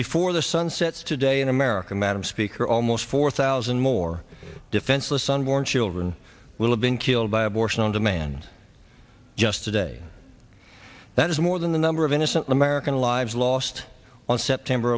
before the sun sets today in america madam speaker almost four thousand more defenseless unborn children will have been killed by abortion on demand just today that is more than the number of innocent american lives lost on september